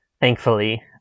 Thankfully